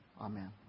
Amen